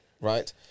right